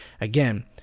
again